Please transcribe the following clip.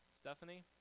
Stephanie